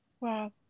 Wow